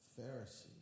Pharisee